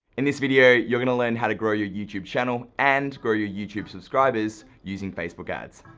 in this video, you're gonna learn how to grow your youtube channel and grow your youtube subscribers using facebook ads.